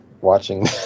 watching